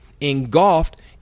engulfed